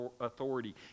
authority